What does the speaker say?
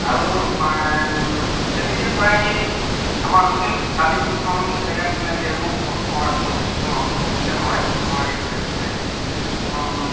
আৰু তেনেকৈ প্ৰায় আমাৰ লোকেল স্থানীয় কিছুমান জেগাত মানে কেৰেমৰ কম্পিটিচনো কম্পিটিচন হয় আমাৰ এই ধৰি লওঁক এই কিছুমান